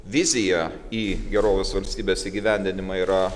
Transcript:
viziją į gerovės valstybės įgyvendinimą yra